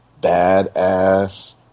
badass